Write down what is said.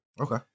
Okay